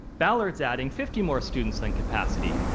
ballard is adding fifty more students than capacity.